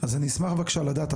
אז אני אשמח בבקשה לדעת,